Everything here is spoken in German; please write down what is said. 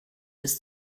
bis